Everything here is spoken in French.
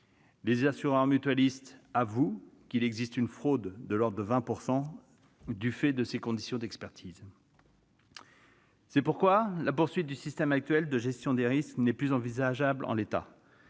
Les assureurs mutualistes avouent qu'il existe une fraude de l'ordre de 20 % du fait de ces conditions d'expertise. C'est pourquoi la poursuite du système actuel de gestion des risques n'est plus envisageable en l'état.